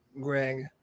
Greg